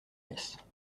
laisses